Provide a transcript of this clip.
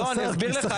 לא, אני אסביר לך.